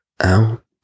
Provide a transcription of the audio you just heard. out